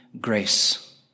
grace